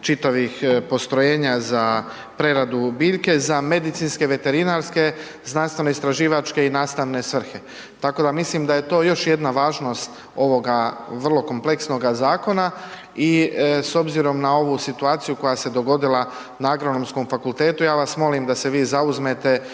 čitavih postrojenja za preradu biljke za medicinske, veterinarske, znanstveno istraživačke i nastavne svrhe, tako da mislim da je to još jedna važnost ovoga vrlo kompleksnoga zakona i s obzirom na ovu situaciju koja se dogodila na Agronomskom fakultetu, ja vas molim da se vi zauzmete,